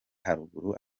haruguru